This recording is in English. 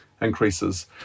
increases